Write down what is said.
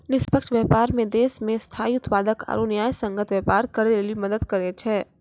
निष्पक्ष व्यापार मे देश मे स्थायी उत्पादक आरू न्यायसंगत व्यापार करै लेली मदद करै छै